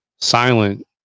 silent